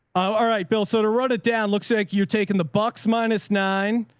ah alright, bill. so to run it down, looks like you're taking the box minus nine,